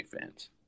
fans